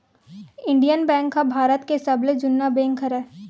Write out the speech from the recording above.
Indian bank ह भारत के सबले जुन्ना बेंक हरय